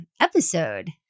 episode